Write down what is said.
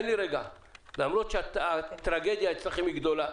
למרות שהטרגדיה אצלכם גדולה